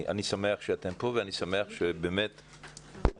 אני שמח שאתם כאן ואני שמח שבאמת אחרי